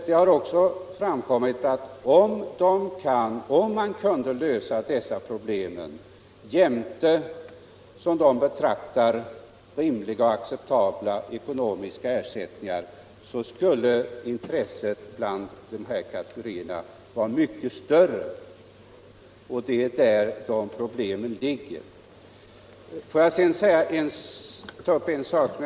Det har också framkommit att om man kunde lösa dessa problem och ge dem vad de betraktar som rimlig och acceptabel ekonomisk ersättning och meritvärde för utbildningen, skulle intresset inom denna kategori för fortsatt utbildning vara mycket större än vad det är.